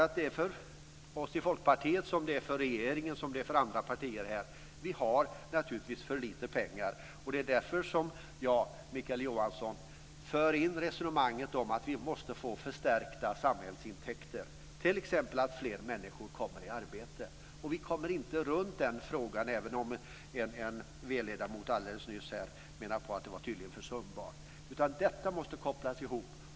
Men för oss i Folkpartiet är det på samma sätt som för regeringen och för andra partier, nämligen att vi har för lite pengar. Det är därför som jag, Mikael Johansson, för in resonemanget om att vi måste få förstärkta samhällsintäkter, t.ex. att fler människor kommer i arbete. Vi kommer inte runt den frågan, även om en v-ledamot alldeles nyss menade att det tydligen var försumbart, utan detta måste kopplas ihop.